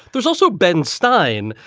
there's also ben stein.